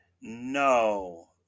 No